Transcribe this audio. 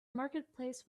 marketplace